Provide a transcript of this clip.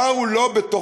הפער הוא לא בתוכנו,